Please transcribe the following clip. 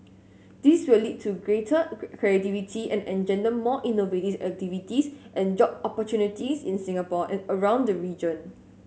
this will lead to greater creativity and engender more innovative activities and job opportunities in Singapore and around the region